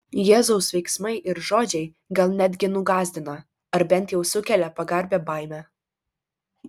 jėzaus veiksmai ir žodžiai gal netgi nugąsdina ar bent jau sukelia pagarbią baimę